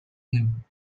him